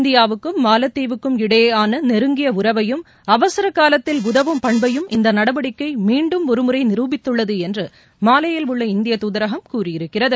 இந்தியாவுக்கும் மாலத்தீவுக்கும் இடையேயான நெருங்கிய உறவையும் அவசரகாலத்தில் உதவும் பண்பையும் இந்த நடவடிக்கை மீண்டும் ஒருமுறை நிரூபித்துள்ளது என்று மாலேயில் உள்ள இந்தியத் தூதரகம் கூறியிருக்கிறது